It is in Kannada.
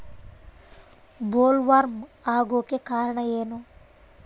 ಬೊಲ್ವರ್ಮ್ ಆಗೋಕೆ ಕಾರಣ ಏನು?